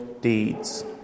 deeds